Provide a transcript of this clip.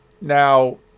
Now